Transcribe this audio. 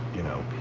you know,